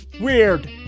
Weird